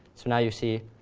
so now you see,